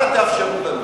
אנא תאפשרו לנו.